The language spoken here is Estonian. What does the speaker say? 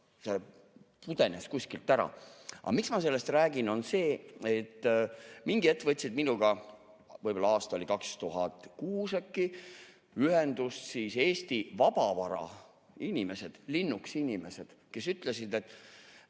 pudenes kuskile ära. Aga miks ma sellest räägin, on see, et mingi hetk võtsid minuga, võib-olla aasta oli 2006, ühendust Eesti vabavara inimesed, Linuxi inimesed, kes ütlesid, et